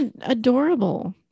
adorable